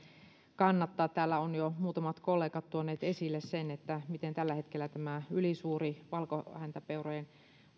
kannattaa täällä ovat jo muutamat kollegat tuoneet esille sen miten tällä hetkellä tämä ylisuuri valkohäntäpeurojen